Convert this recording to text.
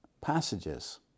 passages